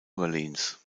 orleans